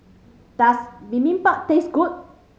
does Bibimbap taste good